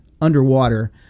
underwater